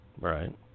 Right